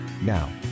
Now